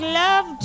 love